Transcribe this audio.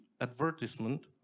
advertisement